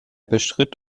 bestritt